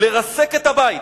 לרסק את הבית,